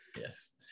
yes